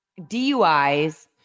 duis